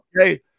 Okay